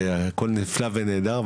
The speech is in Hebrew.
והכל נפלא ונהדר,